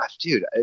dude